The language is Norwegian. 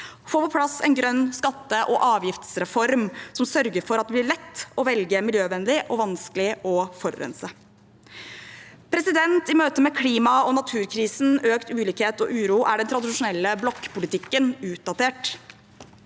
få på plass en grønn skatte- og avgiftsreform som sørger for at det blir lett å velge miljøvennlig og vanskelig å forurense I møte med klima- og naturkrisen, økt ulikhet og uro er den tradisjonelle blokkpolitikken utdatert.